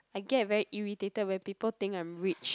I get very irritated when people think I'm rich